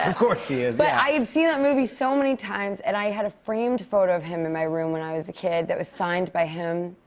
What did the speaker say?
um course he is. but i'd seen that movie so many times, and i had a framed photo of him in my room when i was a kid that was signed by him.